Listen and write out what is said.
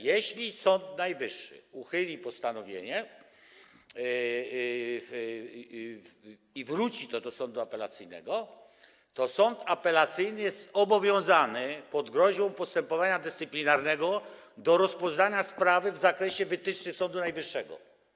Jeśli Sąd Najwyższy uchyli postanowienie i wróci to do sądu apelacyjnego, to sąd apelacyjny powinien być zobowiązany pod groźbą postępowania dyscyplinarnego do rozpoznania sprawy pod kątem wytycznych Sądu Najwyższego.